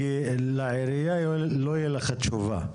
כי לעירייה לא תהיה עבורך תשובה,